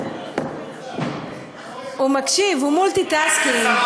הוא מקשיב, הוא multi-tasking.